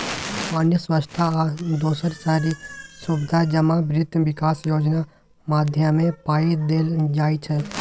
पानि, स्वच्छता आ दोसर शहरी सुबिधा जमा बित्त बिकास योजना माध्यमे पाइ देल जाइ छै